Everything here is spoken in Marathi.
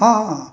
हा ह